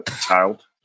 child